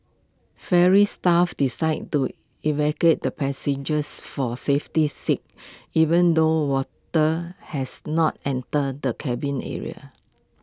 ferry staff decided to evacuate the passengers for safety's sake even though water has not entered the cabin area